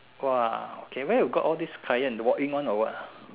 !wah! okay where you got all this clients walk in one or what